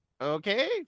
Okay